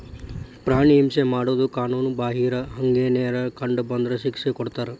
ಪ್ರಾಣಿ ಹಿಂಸೆ ಮಾಡುದು ಕಾನುನು ಬಾಹಿರ, ಹಂಗೆನರ ಕಂಡ ಬಂದ್ರ ಶಿಕ್ಷೆ ಕೊಡ್ತಾರ